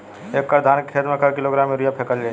एक एकड़ धान के खेत में क किलोग्राम यूरिया फैकल जाई?